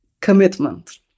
Commitment